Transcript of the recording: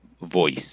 voice